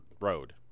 road